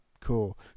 Cool